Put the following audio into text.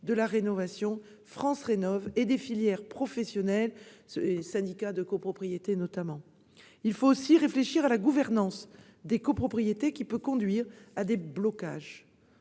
de la rénovation France Rénov'et des filières professionnelles, notamment les syndics de copropriétés. Il faut aussi réfléchir à la gouvernance des copropriétés, qui peut conduire à des blocages.